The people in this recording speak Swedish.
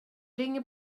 ringer